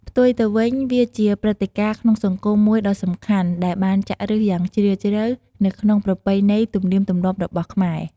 ផ្ទុយទៅវិញ វាជាព្រឹត្តិការណ៍ក្នុងសង្គមមួយដ៏សំខាន់ ដែលបានចាក់ឬសយ៉ាងជ្រាលជ្រៅនៅក្នុងប្រពៃណីទំនៀមទម្លាប់របស់ខ្មែរ។